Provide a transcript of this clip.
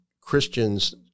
Christians